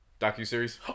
DocuSeries